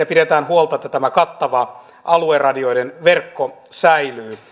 pidetään huolta siitä että tämä kattava alueradioiden verkko säilyy